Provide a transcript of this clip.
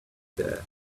there